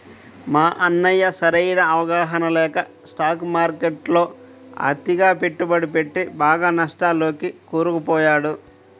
మా అన్నయ్య సరైన అవగాహన లేక స్టాక్ మార్కెట్టులో అతిగా పెట్టుబడి పెట్టి బాగా నష్టాల్లోకి కూరుకుపోయాడు